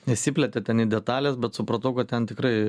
nesiplėtė ten į detales bet supratau kad ten tikrai